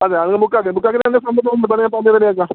അതെ അത് ബുക്ക് ആക്ക് ബുക്ക് ആക്കീ റെഡി ആക്കാം